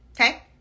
okay